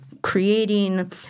Creating